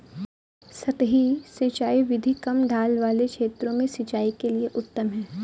सतही सिंचाई विधि कम ढाल वाले क्षेत्रों में सिंचाई के लिए उत्तम है